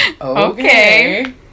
Okay